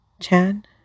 Chan